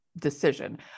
decision